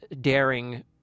daring